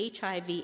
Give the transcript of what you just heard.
HIV